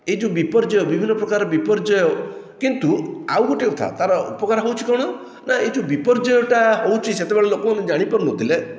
ଏ ଯେଉଁ ବିପର୍ଯୟ ବିଭିନ୍ନ ପ୍ରକାର ବିପର୍ଯୟ କିନ୍ତୁ ଆଉ ଗୋଟିଏ କଥା ତାର ଉପକାର ହଉଛି କଣ ନା ଏ ଯେଉଁ ବିପର୍ଯୟଟା ହେଉଛି ସେତେବେଳେ ଲୋକମାନେ ଜାଣି ପାରୁ ନଥିଲେ